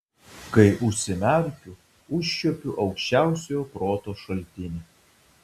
kai užsimerkiu užčiuopiu aukščiausiojo proto šaltinį